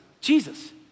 Jesus